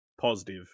positive